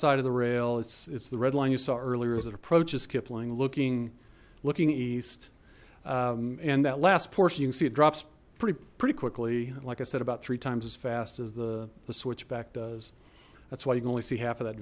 side of the rail it's it's the red line you saw earlier as it approaches kipling looking looking east and that last portion you can see it drops pretty pretty quickly like i said about three times as fast as the switchback does that's why you can only see half of that